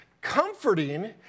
Comforting